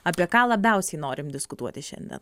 apie ką labiausiai norim diskutuoti šiandien